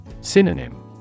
Synonym